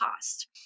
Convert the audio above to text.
cost